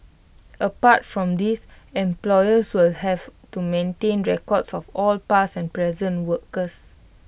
apart from these employers will also have to maintain records of all past and present workers